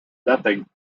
nothing